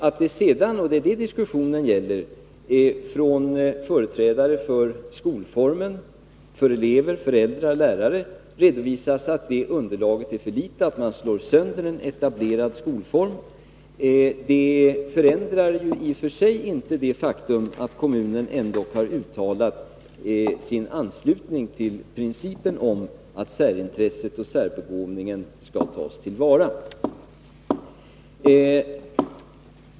Att det sedan — och det är det diskussionen gäller — från företrädare för skolformen, elever, föräldrar och lärare framhålls att underlaget är för litet, att man slår sönder en etablerad skolform, förändrar i sig inte det faktum att kommunen ändå har uttalat sin anslutning till principen att särintresset och särbegåvningen skall tas till vara.